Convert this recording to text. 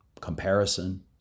comparison